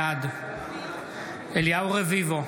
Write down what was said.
בעד אליהו רביבו,